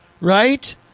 Right